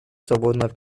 свободного